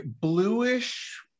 bluish